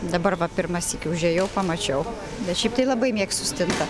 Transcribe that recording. dabar va pirmąsyk užėjau pamačiau bet šiaip tai labai mėgstu stintą